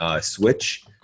Switch